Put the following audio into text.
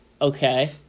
Okay